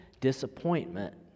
disappointment